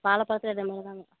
வாழைப்பளத்துல இதேமாதிரி தாங்க